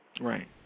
Right